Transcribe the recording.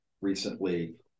recently